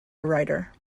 writer